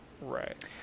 Right